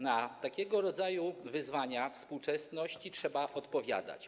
Na takiego rodzaju wyzwania współczesności trzeba odpowiadać.